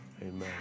amen